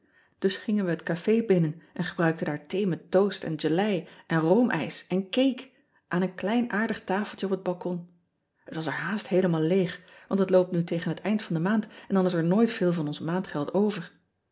us gingen we het afé binnen en gebruikten daar thee met toast en gelei en roomijs en cake aan een klein aardig tafeltje op het balcon et was er haast heelemaal leeg want het ean ebster adertje angbeen loopt nu tegen het eind van de maand en dan is er nooit veel van ons maandgeld over